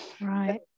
Right